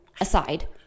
aside